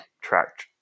track